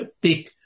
big